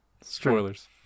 Spoilers